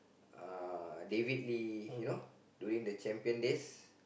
uh David-Lee you know during the champion days